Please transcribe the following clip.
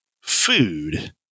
Food